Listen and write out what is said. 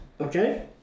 Okay